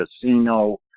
casino